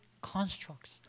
constructs